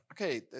okay